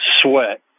sweat